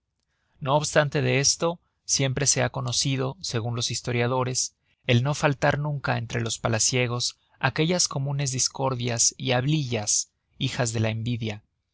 no obstante de esto siempre se ha conocido segun los historiadores el no faltar nunca entre los palaciegos aquellas comunes discordias y hablillas hijas de la envidia